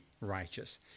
righteous